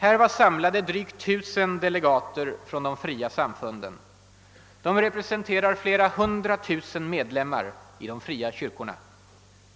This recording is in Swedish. Där var samlade drygt tusen delegater från de fria samfunden. De representerade flera hundra tusen medlemmar i de fria kyrkorna.